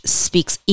speaks